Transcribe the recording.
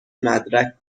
مدرک